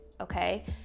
okay